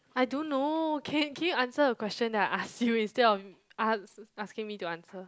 I don't know can can you answer the question that I asked you instead of ask asking me to answer